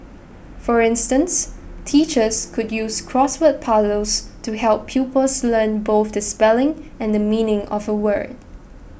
for instance teachers could use crossword puzzles to help pupils learn both the spelling and the meaning of a word